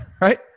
right